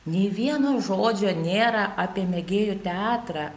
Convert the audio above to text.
nei vieno žodžio nėra apie mėgėjų teatrą